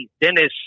Dennis